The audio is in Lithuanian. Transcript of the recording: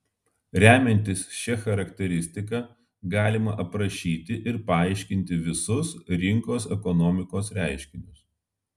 remiantis šia charakteristika galima aprašyti ir paaiškinti visus rinkos ekonomikos reiškinius